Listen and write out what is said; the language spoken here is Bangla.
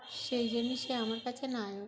সেই জন্য সে আমার কাছে নায়ক